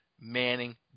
Manning